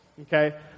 okay